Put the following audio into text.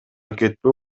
кетпөө